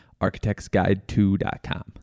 architectsguide2.com